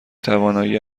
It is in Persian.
توانایی